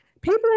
people